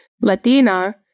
Latina